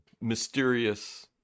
mysterious